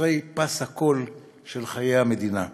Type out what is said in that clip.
יוצרי פס הקול של חיי המדינה.